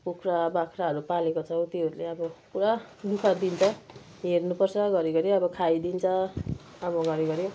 कुखुरा बाख्राहरू पालेको छौँ त्योहरूले अब पुरा दुःख दिन्छ हेर्नुपर्छ घरी घरी अब खाइदिन्छ अब घरी घरी